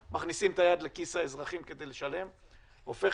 הישיבה ננעלה בשעה 10:50.